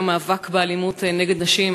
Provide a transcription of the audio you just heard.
המאבק באלימות נגד נשים,